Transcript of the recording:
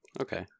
Okay